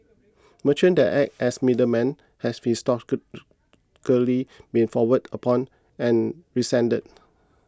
merchants that act as middlemen have historically been frowned upon and resented